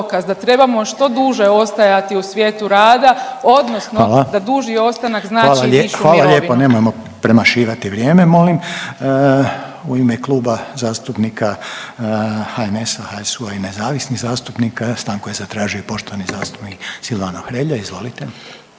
(HDZ)** Hvala lijepo, nemojmo premašivati vrijeme molim. U ime Kluba zastupnika HNS-a HSU-a i nezavisnih zastupnika stanku je zatražio i poštovani zastupnik Silvano Hrelja, izvolite.